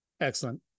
Excellent